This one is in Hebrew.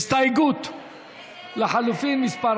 הסתייגות לחלופין מס'